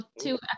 two